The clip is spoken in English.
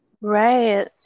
Right